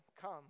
come